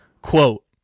quote